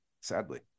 sadly